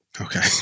Okay